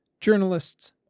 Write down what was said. journalists